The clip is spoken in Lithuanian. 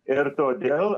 ir todėl